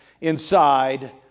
inside